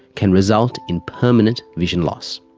can result in permanent vision loss.